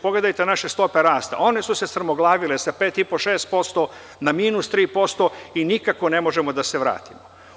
Pogledajte naše stope rasta, one su se strmoglavile sa 5,5-6% na -3% i nikako ne možemo da se vratimo.